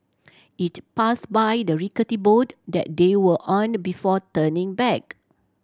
it pass by the rickety boat that they were on before turning back